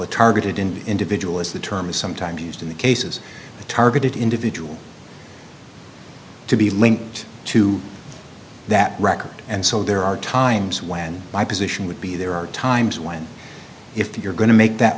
a targeted in individual is the term is sometimes used in the cases the targeted individuals to be linked to that record and so there are times when my position would be there are times when if you're going to make that